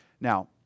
Now